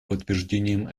подтверждением